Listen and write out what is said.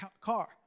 car